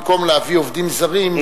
במקום להביא עובדים זרים,